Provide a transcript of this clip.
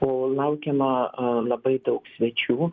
o laukiama labai daug svečių